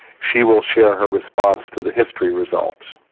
she will share her response to the history results.